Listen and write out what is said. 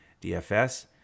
DFS